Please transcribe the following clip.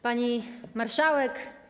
Pani Marszałek!